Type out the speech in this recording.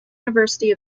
university